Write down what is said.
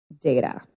data